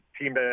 team